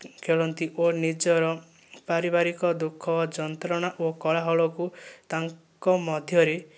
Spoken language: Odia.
ଖେଳନ୍ତି ଓ ନିଜର ପାରିବାରିକ ଦୁଃଖ ଯନ୍ତ୍ରଣା ଓ କୋଳାହଳକୁ ତାଙ୍କ ମଧ୍ୟରେ